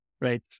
right